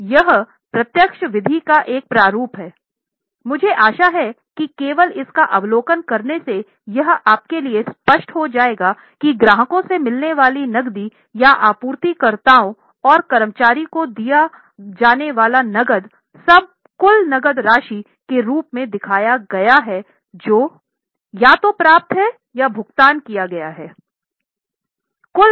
अब यह प्रत्यक्ष विधि का एक प्रारूप है मुझे आशा है कि केवल इसका अवलोकन करने से यह आपके लिए स्पष्ट हो जाएगा की ग्राहकों से मिलने वाली नक़दी या आपूर्तिकर्ताओं और कर्मचारी को दिए जाने वाले नकद सब कुल नकद राशि के रूप में दिखाया गया है जो या तो प्राप्त है या भुगतान किया गया है